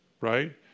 right